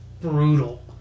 brutal